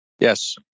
Yes